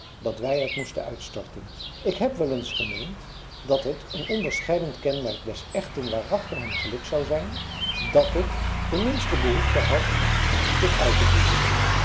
dat wij het moesten uitstorten ik heb wel eens gemeend dat het een onderscheidend kenmerk des echten waarachtigen geluks zijn zou dat het de minste behoefte had zich uit te boezemen